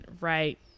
right